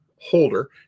holder